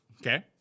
Okay